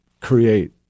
create